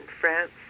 France